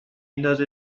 ندازه